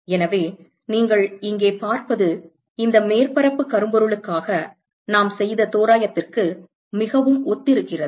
எனவே நீங்கள் இங்கே பார்ப்பது இந்த மேற்பரப்பு கரும்பொருளுக்காக நாம் செய்த தோராயத்திற்கு மிகவும் ஒத்திருக்கிறது